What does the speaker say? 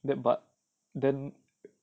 then but then